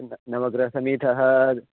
न नमग्रहपीठः